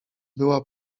była